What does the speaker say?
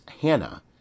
Hannah